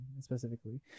specifically